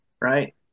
right